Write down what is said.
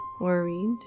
worried